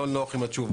לא נוח עם התשובות.